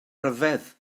ryfedd